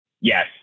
Yes